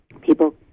People